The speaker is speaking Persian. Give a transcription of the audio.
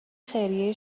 خیریه